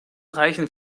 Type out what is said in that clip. reichen